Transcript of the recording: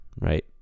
right